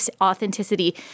authenticity